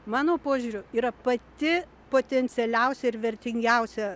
mano požiūriu yra pati potencialiausia ir vertingiausia